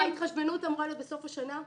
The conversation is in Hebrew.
ההתחשבנות אמורה להיות בסוף השנה.